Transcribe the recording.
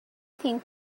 think